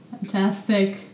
fantastic